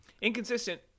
Inconsistent